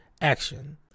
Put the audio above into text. action